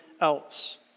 else